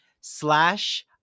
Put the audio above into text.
slash